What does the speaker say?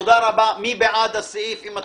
מי בעד הסעיף עם התיקונים,